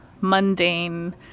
mundane